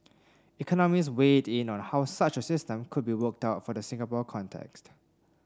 economists weighed in on how such a system could be worked out for the Singapore context